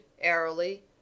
airily